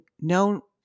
no